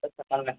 sir చెప్పండి